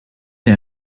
est